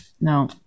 No